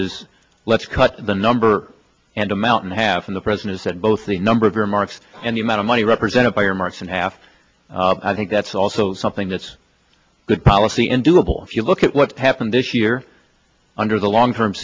is let's cut the number and amount in half in the present is that both the number of remarks and the amount of money represented by earmarks in half i think that's also something that's good policy in doable if you look at what happened this year under the long term